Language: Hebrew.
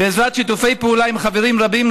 בעזרת שיתופי פעולה עם חברים רבים,